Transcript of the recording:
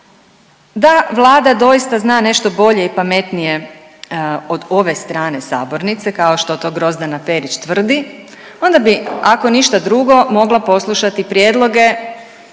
Da Vlada doista zna nešto bolje i pametnije od ove strane sabornice kao što to Grozdana Perić tvrdi, onda bi ako ništa drugo mogla poslušati prijedloge